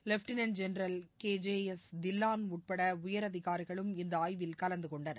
lieutenant general KJS Dhillon உள்பட உயரதிகாரிகளும் இந்த கலந்துகொண்டனர்